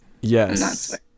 Yes